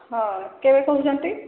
ହଁ କେବେ କହୁଛନ୍ତି